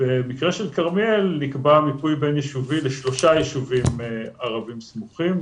במקרה של כרמיאל נקבע מיפוי בין-יישובי לשלושה יישובים ערבים סמוכים.